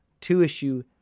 two-issue